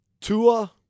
Tua